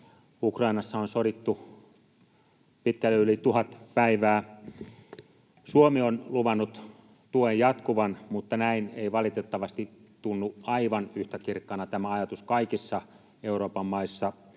Ukrainassa on sodittu pitkälle yli 1 000 päivää. Suomi on luvannut tuen jatkuvan, mutta näin ei valitettavasti tunnu aivan yhtä kirkkaana tämä ajatus kaikissa Euroopan maissa